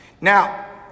Now